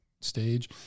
stage